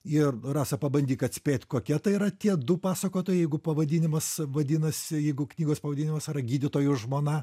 ir rasa pabandyk atspėt kokie tai yra tie du pasakotojai jeigu pavadinimas vadinasi jeigu knygos pavadinimas yra gydytojo žmona